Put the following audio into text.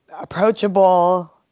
approachable